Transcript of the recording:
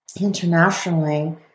internationally